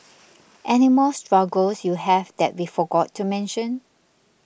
any more struggles you have that we forgot to mention